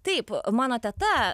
taip mano teta